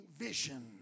vision